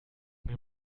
mir